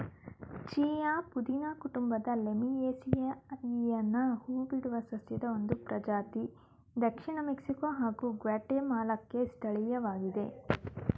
chia ಪುದೀನ ಕುಟುಂಬದ ಲೇಮಿಯೇಸಿಯಿಯನ ಹೂಬಿಡುವ ಸಸ್ಯದ ಒಂದು ಪ್ರಜಾತಿ ದಕ್ಷಿಣ ಮೆಕ್ಸಿಕೊ ಹಾಗೂ ಗ್ವಾಟೆಮಾಲಾಕ್ಕೆ ಸ್ಥಳೀಯವಾಗಿದೆ